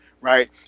right